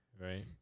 right